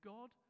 God